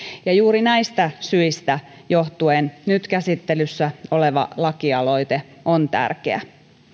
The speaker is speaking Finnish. ja juuri näistä syistä johtuen nyt käsittelyssä oleva lakialoite on tärkeä